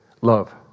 Love